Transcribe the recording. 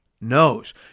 knows